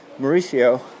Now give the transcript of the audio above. Mauricio